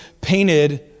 painted